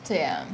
so ya